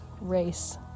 race